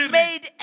made